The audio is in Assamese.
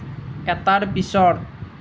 এটাৰ পিছৰ